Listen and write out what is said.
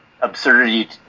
absurdity